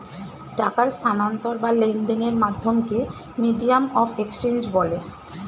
টাকার স্থানান্তর বা লেনদেনের মাধ্যমকে মিডিয়াম অফ এক্সচেঞ্জ বলে